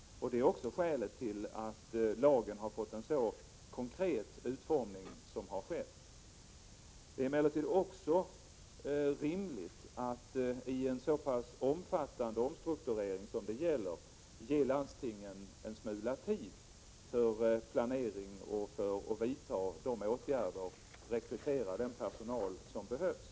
Det är också skälet till att lagen har fått en så konkret utformning. Det är emellertid också rimligt att man, vid en så pass omfattande omstrukturering som det gäller, ger landstingen en smula tid för att planera, för att vidta åtgärder och för att rekrytera den personal som behövs.